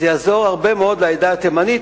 זה יעזור מאוד לעדה התימנית,